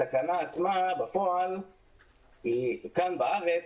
התקנה עצמה בפועל כאן בארץ,